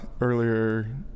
earlier